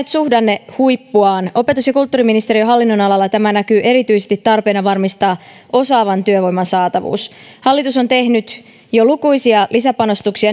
suhdannehuippuaan opetus ja kulttuuriministeriön hallinnonalalla tämä näkyy erityisesti tarpeena varmistaa osaavan työvoiman saatavuus hallitus on jo tehnyt lukuisia lisäpanostuksia